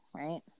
Right